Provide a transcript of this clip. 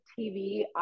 TV